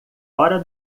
hora